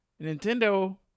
Nintendo